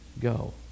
go